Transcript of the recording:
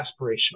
aspirational